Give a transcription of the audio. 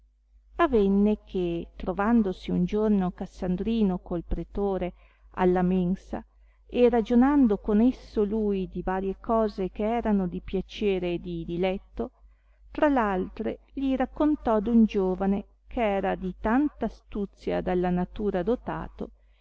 avenne che trovandosi un giorno cassandrino col pretore alla mensa e ragionando con esso lui di varie cose che erano di piacere e diletto tra l'altre li raccontò d'un giovane che era di tanta astuzia dalla natura dotato